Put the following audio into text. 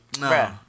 No